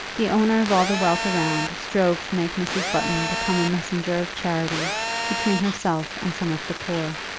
the owner of all the wealth around strove to make mrs. button become a messenger of charity between herself and some of the poor